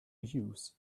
use